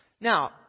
Now